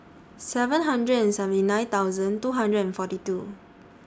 three hundred and seventy nine thousand two hundred and forty two